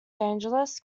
angeles